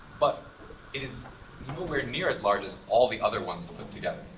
but it is nowhere near as large as all the other ones put together.